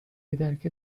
بذلك